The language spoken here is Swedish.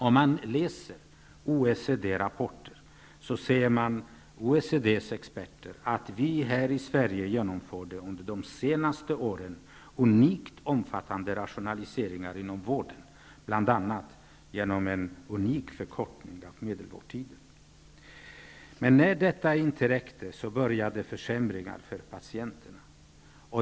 Om man läser OECD-rapporter ser man att OECD:s experter säger att vi här i Sverige under de senaste åren har genomfört unikt omfattande rationaliseringar inom vården, bl.a. genom en unik förkortning av medelvårdtiden. Men när detta inte räckte, började försämringar för patienterna.